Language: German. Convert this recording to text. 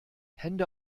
hände